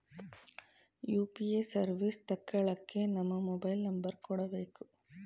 UPA service ತಕ್ಕಳ್ಳಕ್ಕೇ ನಮ್ಮ mobile number ಕೊಡಬೇಕು